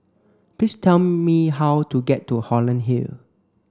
please tell me how to get to Holland Hill